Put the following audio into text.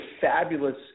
fabulous